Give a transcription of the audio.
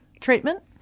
treatment